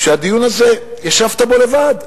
שהדיון הזה, ישבת בו לבד.